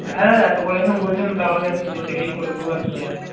হ্যাঁ এত করে যখন বলছেন তাহলে নিজে থেকেই করে দেবো আর কি আছে